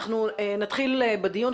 נתחיל בדיון,